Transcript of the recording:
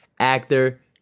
actor